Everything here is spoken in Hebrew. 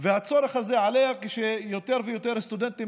והצורך הזה עלה כשיותר ויותר סטודנטים